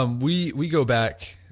um we we go back